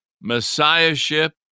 messiahship